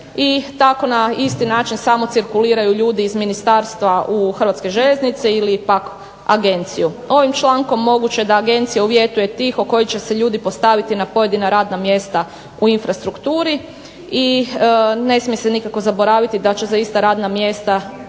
i tako na isti način samo cirkuliraju ljudi iz ministarstva u HŽ ili pak agenciju. Ovim člankom moguće je da agencija uvjetuje tiho koji će se ljudi postaviti na pojedina radna mjesta u infrastrukturi i ne smije se nikako zaboraviti da će za ista radna mjesta